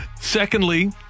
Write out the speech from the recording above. Secondly